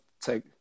take